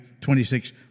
26